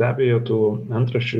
be abejo tų antraščių